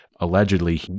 allegedly